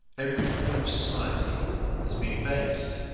every form of society has been based,